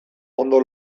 ondo